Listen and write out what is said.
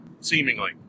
Seemingly